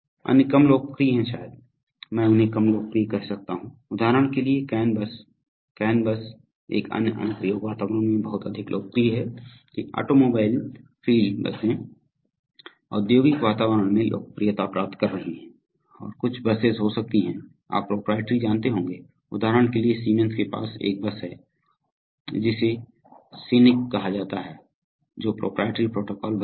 अन्य कम लोकप्रिय हैं शायद मैं उन्हें कम लोकप्रिय कह सकता हूं उदाहरण के लिए कैन बस कैन बस एक अन्य अनुप्रयोग वातावरण में बहुत अधिक लोकप्रिय है कि ऑटोमोबाइल फील्ड बसें औद्योगिक वातावरण में लोकप्रियता प्राप्त कर रही हैं और कुछ बसें हो सकती हैं आप प्रोप्राइटरी जानते होंगे उदाहरण के लिए सीमेंस के पास एक बस है जिसे सीनिक कहा जाता है जो प्रोप्राइटरी प्रोटोकॉल बस है